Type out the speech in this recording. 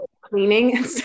cleaning